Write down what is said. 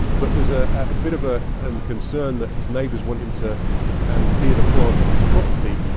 but there's ah a bit of a and concern that his neighbours want him to and clear the plant off his property.